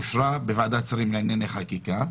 והצעת החוק אושרה בוועדת שרים לענייני חקיקה.